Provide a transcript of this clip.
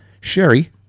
Sherry